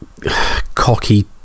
cocky